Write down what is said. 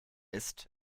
ist